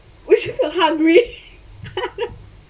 we're just so hungry